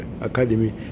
academy